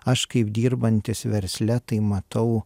aš kaip dirbantis versle tai matau